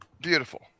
Beautiful